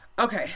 okay